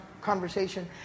conversation